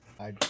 I-